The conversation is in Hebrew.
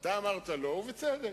יכול להצביע,